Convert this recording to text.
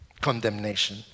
condemnation